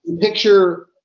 picture